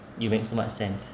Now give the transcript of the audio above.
you make so much sense